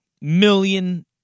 million